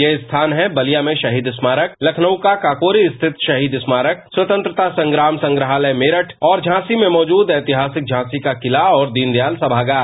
यह स्थान है बलिया में शहीद स्मारक लखनऊ के काकोरी स्थित शहीद स्मारक स्वतंत्रता संग्राम संग्रहालय मेरठ और झांसी में मौजूद ऐतिहासिक झांसी का किला तथा दीनदयाल सभागार